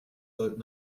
sollten